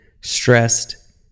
stressed